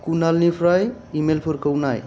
कुनालनिफ्राय इमेइलफोरखौ नाय